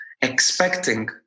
expecting